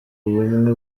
bumwe